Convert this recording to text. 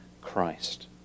Christ